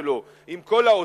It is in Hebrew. עם כל הקדמה שלו,